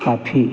काफी